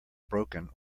broken